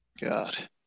God